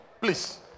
please